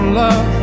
love